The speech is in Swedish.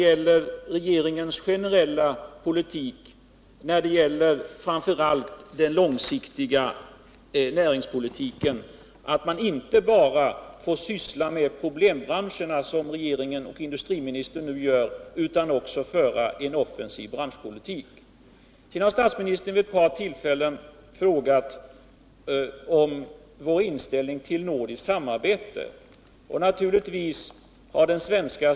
Politiken i allmänhet och framför allt den långsiktiga näringspolitiken måste syfta till att man inte bara får syssla med problembranscherna, som regeringen och industriministern nu gör, utan också kan föra en offensiv branschpolitik. Statsministern har vid ett par tillfällen frågat om socialdemokraternas inställning till nordiskt samarbete.